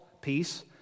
peace